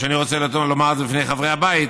ואני רוצה לומר זאת לפני חברי הבית,